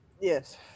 Yes